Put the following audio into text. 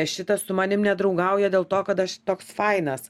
šitas su manim nedraugauja dėl to kad aš toks fainas